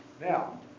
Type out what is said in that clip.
now